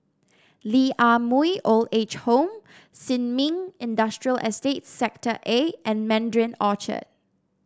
Lee Ah Mooi Old Age Home Sin Ming Industrial Estate Sector A and Mandarin Orchard